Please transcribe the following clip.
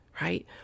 right